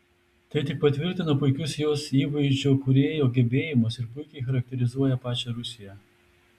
tai tik patvirtina puikius jos įvaizdžio kūrėjų gebėjimus ir puikiai charakterizuoja pačią rusiją